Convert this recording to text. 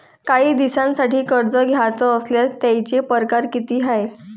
कायी दिसांसाठी कर्ज घ्याचं असल्यास त्यायचे परकार किती हाय?